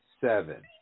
Seven